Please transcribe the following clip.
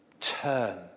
Turn